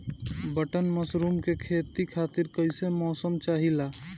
Button mushroom के खेती खातिर कईसे मौसम चाहिला?